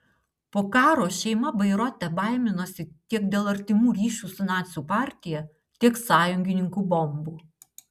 po karo šeima bairoite baiminosi tiek dėl artimų ryšių su nacių partija tiek sąjungininkų bombų